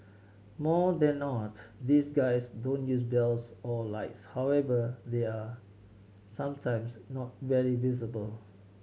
more than not these guys don't use bells or lights however they are sometimes not very visible